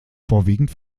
vorwiegend